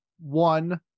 One